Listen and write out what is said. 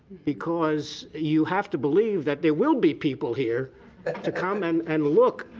because you have to believe that there will be people here to come and and look,